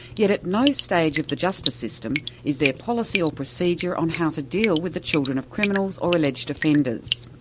yet at no stage of the justice system is there policy or procedure on how to deal with the children of criminals or alleged offenders.